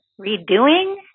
redoing